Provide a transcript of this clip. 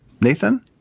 Nathan